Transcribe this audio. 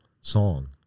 song